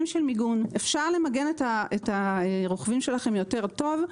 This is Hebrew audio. אפשר למגן את הרוכבים שלכן יותר טוב.